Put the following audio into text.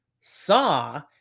Saw